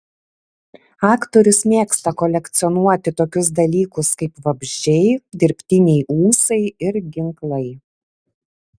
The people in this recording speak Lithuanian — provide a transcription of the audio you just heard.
aktorius mėgsta kolekcionuoti tokius dalykus kaip vabzdžiai dirbtiniai ūsai ir ginklai